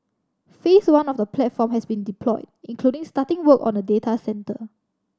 Phase One of the platform has been deployed including starting work on a data centre